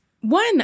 One